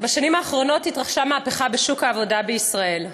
בשנים האחרונות התרחשה מהפכה בשוק העבודה בישראל.